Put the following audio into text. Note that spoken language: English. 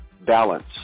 balance